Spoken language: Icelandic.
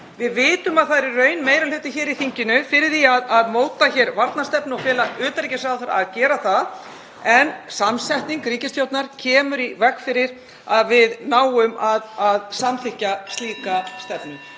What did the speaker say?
Við vitum að það er í raun meiri hluti í þinginu fyrir því að móta hér varnarstefnu og fela utanríkisráðherra að gera það, en samsetning ríkisstjórnar kemur í veg fyrir að við náum að samþykkja slíka stefnu.